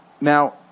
Now